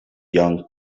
young